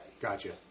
Gotcha